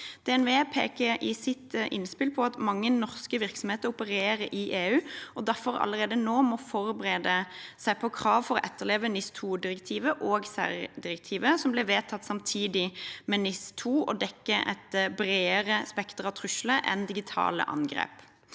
DNV peker i sitt innspill på at mange norske virksomheter opererer i EU og derfor allerede nå må forberede seg på krav for å etterleve NIS2-direktivet og særdirektivet, som ble vedtatt samtidig med NIS2 og dekker et bredere spekter av trusler enn digitale angrep.